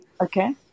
Okay